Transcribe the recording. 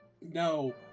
No